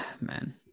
Man